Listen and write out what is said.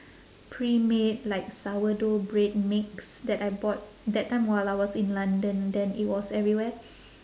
pre-made like sourdough bread mix that I bought that time while I was in london then it was everywhere